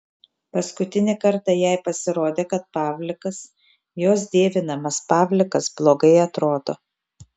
paskutinį kartą jai pasirodė kad pavlikas jos dievinamas pavlikas blogai atrodo